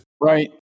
right